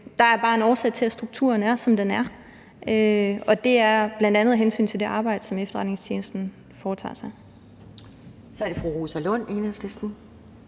Der er bare en årsag til, at strukturen er, som den er, og det er bl.a. af hensyn til det arbejde, som efterretningstjenesten udfører.